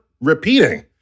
repeating